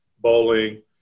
bowling